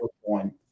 one